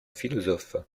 philosophe